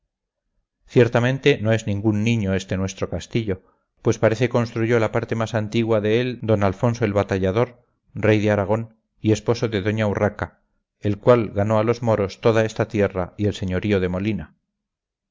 ciertamente no es ningún niño este nuestro castillo pues parece construyó la parte más antigua de él d alfonso el batallador rey de aragón y esposo de doña urraca el cual ganó a los moros toda esta tierra y el señorío de molina